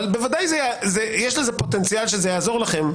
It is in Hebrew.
אבל בוודאי שיש לזה פוטנציאל שזה יעזור לכם,